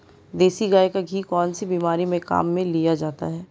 देसी गाय का घी कौनसी बीमारी में काम में लिया जाता है?